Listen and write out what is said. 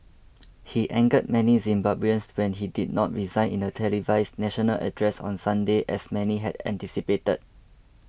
he angered many Zimbabweans when he did not resign in a televised national address on Sunday as many had anticipated